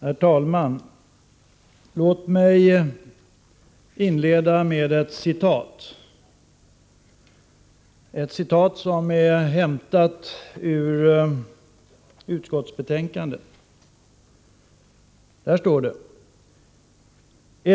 Herr talman! Låt mig inleda med ett citat som är hämtat ur utskottsbetänkandet.